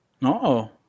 No